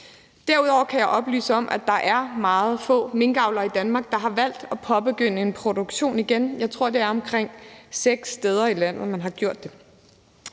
Derudover kan jeg oplyse om, at der er meget få minkavlere i Danmark, der har valgt at påbegynde en produktion igen. Jeg tror, det er omkring seks steder i landet, man har gjort det.